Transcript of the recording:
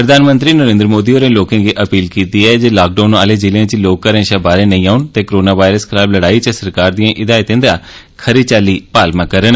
प्रधानमंत्री नरेंद्र मोदी होरें लोकेंगी अपील कीती ऐ जे लॉकडाउन आहले जिलें च लोक घरें शा बाहरें नेईं औन ते कोरोना वायरस खलाफ लड़ाई च सरकार दियें हिदायतें दी खरी चाल्ली पालमा करन